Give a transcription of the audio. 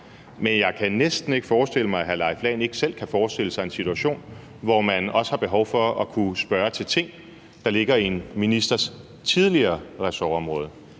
Men jeg kan næsten ikke forestille mig, at hr. Leif Lahn Jensen ikke selv kan forestille sig en situation, hvor man også har behov for at kunne spørge til ting, der ligger i en ministers tidligere ressortområde.